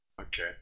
Okay